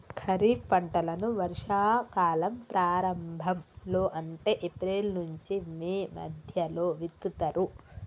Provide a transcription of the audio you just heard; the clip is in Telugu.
ఖరీఫ్ పంటలను వర్షా కాలం ప్రారంభం లో అంటే ఏప్రిల్ నుంచి మే మధ్యలో విత్తుతరు